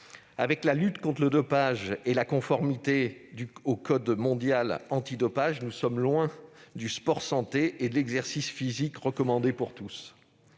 avec la lutte contre le dopage et la conformité au code mondial antidopage, nous sommes loin du sport-santé et de l'exercice physique recommandé pour tous.